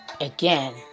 again